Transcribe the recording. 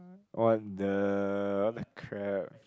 what the what the crap